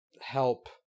Help